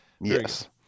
Yes